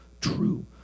true